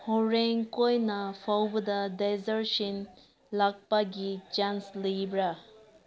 ꯍꯣꯔꯦꯟ ꯀꯣꯏꯅ ꯐꯥꯎꯕꯗ ꯗꯦꯖꯔꯠꯁꯤꯟ ꯂꯥꯛꯄꯒꯤ ꯆꯥꯟꯁ ꯂꯩꯕ꯭ꯔꯥ